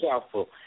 careful